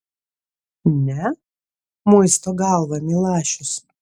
ne muisto galvą milašius